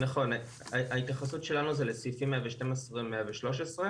נכון ההתייחסות שלנו זה לסעיפים 112 ו-113.